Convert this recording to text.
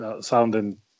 sounding